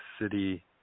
city